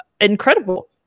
incredible